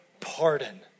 pardon